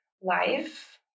life